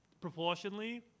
proportionally